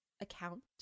account